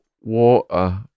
water